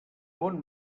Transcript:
bon